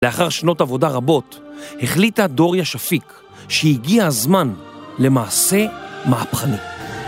לאחר שנות עבודה רבות החליטה דוריה שפיק שהגיע הזמן למעשה מהפכני.